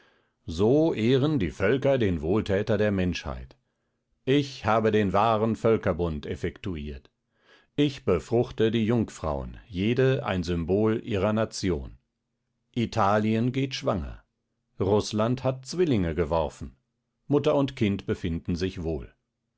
so ehren die völker den wohltäter der menschheit ich habe den wahren völkerbund effektuiert ich befruchte die jungfrauen jede ein symbol ihrer nation italien geht schwanger rußland hat zwillinge geworfen mutter und kind befinden sich wohl